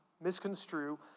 misconstrue